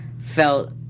felt